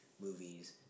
movies